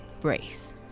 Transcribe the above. brace